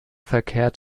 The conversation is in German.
verkehrt